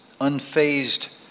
unfazed